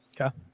Okay